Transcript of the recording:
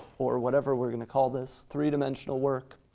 or whatever we're gonna call this, three-dimensional work,